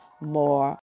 more